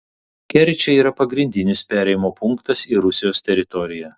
kerčė yra pagrindinis perėjimo punktas į rusijos teritoriją